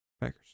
Packers